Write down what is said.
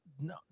no